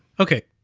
okay,